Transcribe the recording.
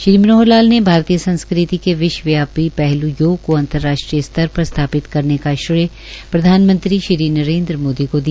श्री मनोहर लाल ने भारतीय संस्कृति के विश्वव्यापी पहल् योग को अंतरराष्ट्रीय स्तर पर स्थापित करने का श्रेय प्रधानमंत्री श्री नरेंद्र मोदी को दिया